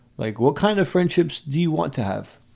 like what kind of friendships do you want to have?